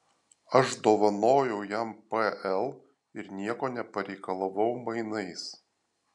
aš dovanojau jam pl ir nieko nepareikalavau mainais